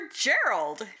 Gerald